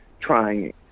trying